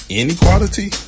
inequality